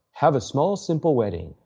have a small simple wedding.